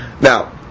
Now